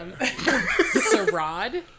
Sarad